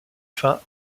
fin